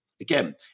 again